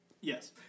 Yes